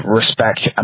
respect